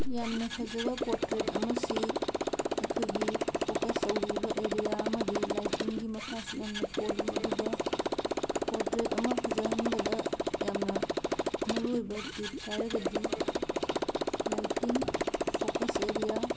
ꯌꯥꯝꯅ ꯐꯖꯕ ꯄꯣꯔꯇ꯭ꯔꯦꯠ ꯑꯃꯁꯤ ꯑꯩꯈꯣꯏꯒꯤ ꯐꯣꯀꯁ ꯇꯧꯔꯤꯕ ꯑꯦꯔꯤꯌꯥ ꯑꯃꯗꯤ ꯂꯥꯏꯇꯤꯡꯒꯤ ꯃꯈꯥꯁꯨ ꯌꯥꯝꯅ ꯄꯣꯜꯂꯤ ꯑꯗꯨꯒ ꯄꯣꯔꯇ꯭ꯔꯦꯠ ꯑꯃ ꯐꯖꯍꯟꯕꯗ ꯌꯥꯝꯅ ꯃꯔꯨꯑꯣꯏꯕ ꯇꯤꯞꯁ ꯍꯥꯏꯔꯒꯗꯤ ꯂꯥꯏꯇꯤꯡ ꯐꯣꯀꯁ ꯑꯦꯔꯤꯌꯥ